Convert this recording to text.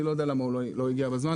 אני לא יודע למה הוא לא הגיע בזמן,